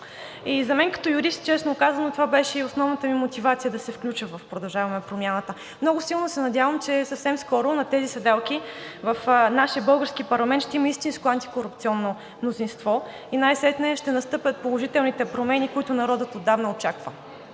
За мен като юрист, честно казано, това беше и основната ми мотивация да се включа в „Продължаваме Промяната“. Много силно се надявам, че съвсем скоро на тези седалки в нашия български парламент ще има истинско антикорупционно мнозинство и най сетне ще настъпят положителните промени, които народът отдавна очаква